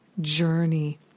journey